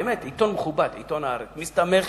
עיתון מכובד, עיתון "הארץ", מסתמך,